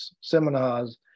seminars